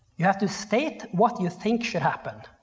you have to state what you think should happen.